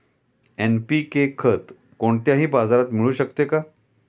NPK खत कोणत्याही बाजारात मिळू शकते का?